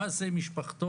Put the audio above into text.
מה יעשה עם משפחתו?